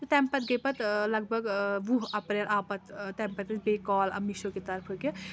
تہٕ تَمہِ پَتہٕ گٔے پَتہٕ لَگ بَگ وُہ اپریل آو پَتہٕ تَمہِ پَتہٕ ٲسۍ بیٚیہِ کال اَ میٖشو کہِ طرفہٕ کہِ